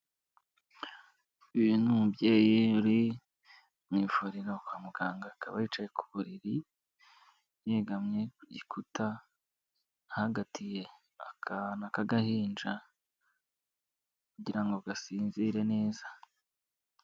Uyu ni umubyeyi uri mu ivuriro kwa muganga, akaba yicaye ku buriri, yegamye ku gikuta ahagatiye akana k'agahinja agira ngo gasinzire neza.